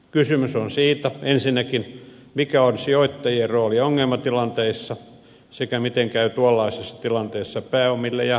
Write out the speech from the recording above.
kysymys on siitä ensinnäkin mikä on sijoittajien rooli ongelmatilanteissa sekä miten käy tuollaisessa tilanteessa pääomille ja korkotasolle